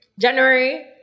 january